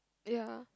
ya